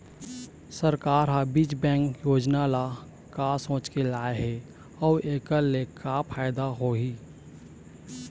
सरकार ह बीज बैंक योजना ल का सोचके लाए हे अउ एखर ले का फायदा होही?